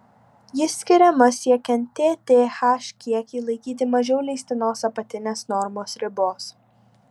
ji skiriama siekiant tth kiekį laikyti mažiau leistinos apatinės normos ribos